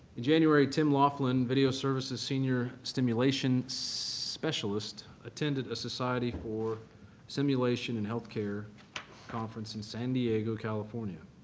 in january, tim laughlin, video services senior stimulation specialist, attended a society for simulation in health care conference in san diego, california.